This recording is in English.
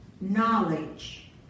knowledge